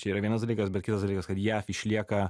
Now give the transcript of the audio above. čia yra vienas dalykas bet kitas dalykas kad jav išlieka